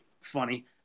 funny